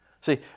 See